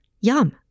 Yum